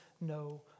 no